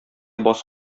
баз